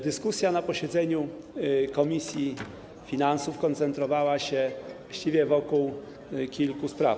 Dyskusja na posiedzeniu komisji finansów koncentrowała się właściwie wokół kilku spraw.